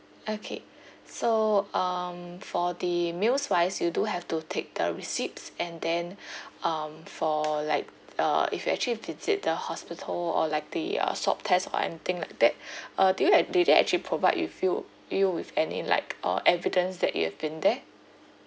okay so um for the meals wise you do have to take the receipts and then um for like uh if you actually visit the hospital or like the uh swab test or anything like that uh do you had did they actually provide with you you with any like uh evidence that you have been there